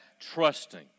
trusting